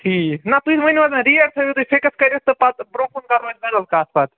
ٹھیٖک نہَ تُہۍ ؤنِو حظ ریٹ تھٲوِو تُہۍ فِکٔس کٔرِتھ تہٕ پَتہٕ برٛونٛہہ کُن کَرو أسۍ بدل کَتھ پَتہٕ